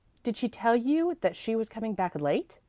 did she tell you that she was coming back late?